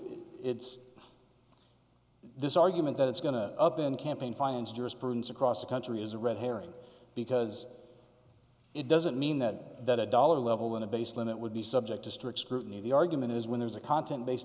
it's this argument that it's going to up in campaign finance jurisprudence across the country is a red herring because it doesn't mean that that a dollar level in a base limit would be subject to strict scrutiny of the argument is when there's a content based